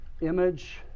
Image